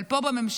אבל פה בממשלה,